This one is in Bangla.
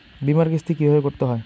বিমার কিস্তি কিভাবে করতে হয়?